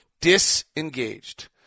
disengaged